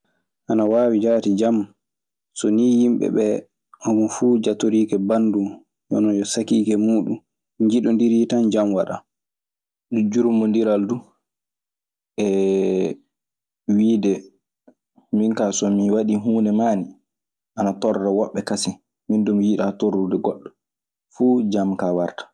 Ana waawi jaati jam. So nii yimɓe ɓee homo fuu jatoriike bandum hoono yo sakiike muuɗun, njiɗondirii tan. Jan waɗan. Jurmondiral du e wiide "min kaa, so mi waɗii huunde maani ana torla woɓɓe kasen. Min du, mi yiɗaa torlude goɗɗo." Fuu jam kaa wartan.